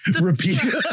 repeat